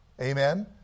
Amen